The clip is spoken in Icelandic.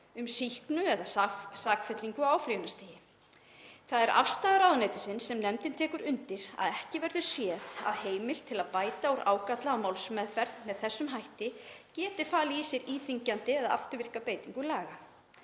um sýknu eða sakfellingu, á áfrýjunarstigi. Það er afstaða ráðuneytisins sem nefndin tekur undir að ekki verður séð að heimild til að bæta úr ágalla á málsmeðferð með þessum hætti geti falið í sér íþyngjandi eða afturvirka beitingu laga.